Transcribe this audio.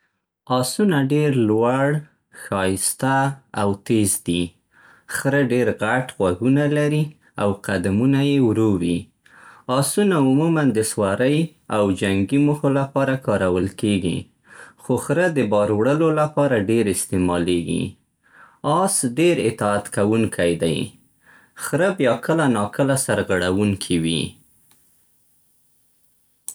آسونه ډېر لوړ، ښايسته او تېز دي. خره ډېر غټ غوږونه لري او قدمونه يې ورو وي. آسونه عموماً د سوارۍ او جنګي موخو لپاره کارول کېږي. خو خره د بار وړلو لپاره ډېر استعمالېږي. آس ډېر اطاعت کوونکی دی، خره بیا کله ناکله سرغړوونکي وي.